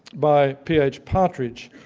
by p. h. partridge,